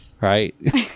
Right